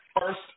first